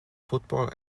football